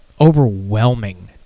overwhelming